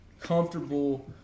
comfortable